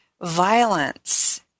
violence